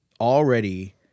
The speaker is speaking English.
already